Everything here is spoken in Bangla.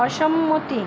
অসম্মতি